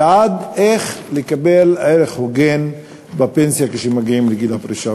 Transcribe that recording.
ועד איך לקבל ערך הוגן בפנסיה כשמגיעים לגיל הפרישה.